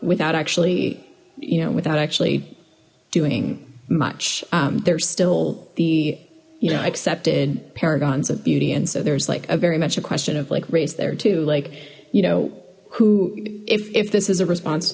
without actually you know without actually doing much there's still the you know accepted paragons of beauty and so there's like a very much a question of like race there to like you know if if this is a response to